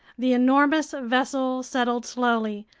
the enormous vessel settled slowly.